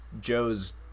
joe's